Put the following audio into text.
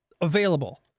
available